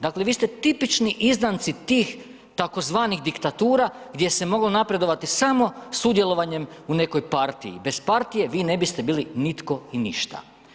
Dakle, vi ste tipični izdanci tih tzv. diktatura gdje se moglo napredovati samo sudjelovanjem u nekoj partiji, bez partije vi ne biste bili nitko i ništa.